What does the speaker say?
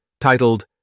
titled